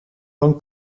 van